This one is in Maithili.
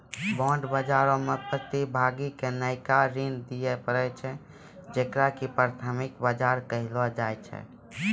बांड बजारो मे प्रतिभागी के नयका ऋण दिये पड़ै छै जेकरा की प्राथमिक बजार कहलो जाय छै